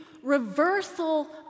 reversal